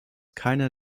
keiner